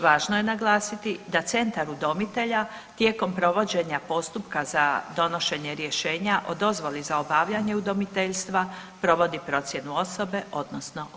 Važno je naglasiti da centar udomitelja tijekom provođenja postupka za donošenje rješenja o dozvoli za obavljanje udomiteljstva provodi procjenu osobe odnosno obitelji.